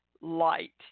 light